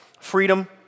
Freedom